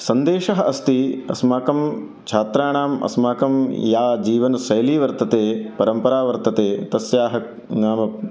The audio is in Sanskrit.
सन्देशः अस्ति अस्माकं छात्राणाम् अस्माकं या जीवनशैली वर्तते परम्परा वर्तते तस्याः नाम